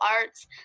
arts